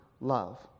love